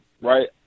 right